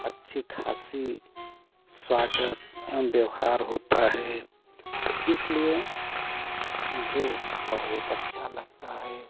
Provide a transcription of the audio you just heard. अच्छी खासी स्वागत एवं व्यवहार होता है तो इसलिए मुझे बहुत अच्छा लगता है